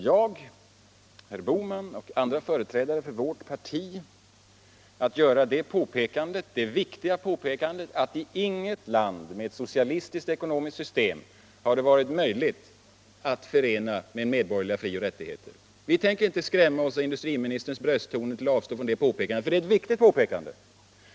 Jag, herr Bohman och andra företrädare för vårt parti tänker fortsätta att göra det viktiga påpekandet att det inte i något land med ett socialistiskt ekonomiskt system varit möjligt att förena detta med medborgerliga fri och rättigheter. Vi tänker inte låta skrämma oss av industriministerns brösttoner till att avstå från att göra det påpekandet.